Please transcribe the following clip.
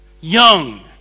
young